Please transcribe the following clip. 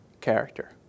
character